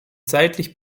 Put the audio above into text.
zeitlich